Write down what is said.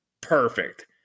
perfect